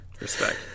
Respect